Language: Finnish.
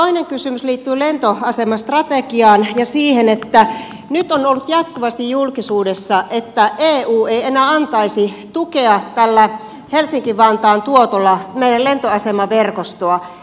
toinen kysymys liittyy lentoasemastrategiaan ja siihen että nyt on ollut jatkuvasti julkisuudessa että eu ei enää antaisi tukea tällä helsinki vantaan tuotolla meidän lentoasemaverkostoa